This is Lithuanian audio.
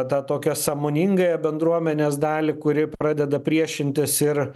tą tokią sąmoningąją bendruomenės dalį kuri pradeda priešintis ir